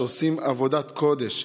שעושים עבודת קודש,